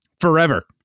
Forever